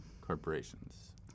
corporations